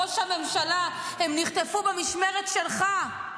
ראש הממשלה, הם נחטפו במשמרת שלך.